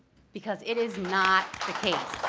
because it is not the case.